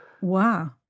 wow